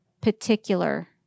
particular